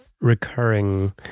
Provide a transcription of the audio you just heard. recurring